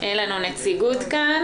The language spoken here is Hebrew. אין נציגות שלהם כאן.